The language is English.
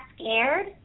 scared